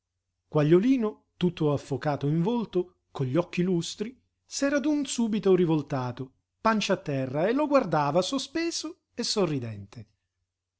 sobbalzare quagliolino tutto affocato in volto con gli occhi lustri s'era d'un subito rivoltato pancia a terra e lo guardava sospeso e sorridente